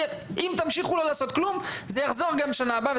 אם תמשיכו לא לעשות כלום זה יחזור גם שנה הבאה.